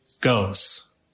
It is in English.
goes